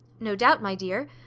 no doubt, my dear.